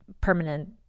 permanent